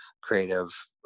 creative